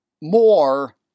more